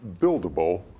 buildable